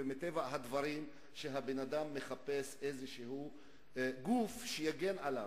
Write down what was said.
ומטבע הדברים האדם מחפש איזשהו גוף שיגן עליו.